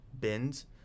bins